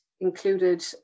included